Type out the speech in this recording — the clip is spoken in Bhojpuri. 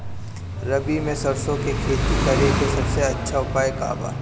रबी में सरसो के खेती करे के सबसे अच्छा उपाय का बा?